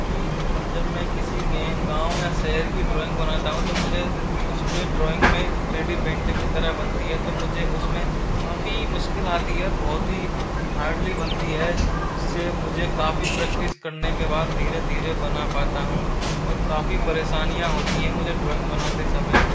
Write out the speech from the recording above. क्योंकि जब मैं किसी के गांव या शहर की ड्राइंग बनाता हूँ तो मुझे उसमें ड्राइंग थ्री डी पेंटिंग की तरह बनती है तो मुझे उसमें काफ़ी मुश्किल आती है और बहुत ही हार्डली बनती है इससे मुझे काफ़ी प्रेक्टिस करने के बाद धीरे धीरे बना पाता हूँ और काफ़ी परेसानियाँ होती है मुझे ड्राइंग बनाते समय